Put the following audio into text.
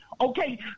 Okay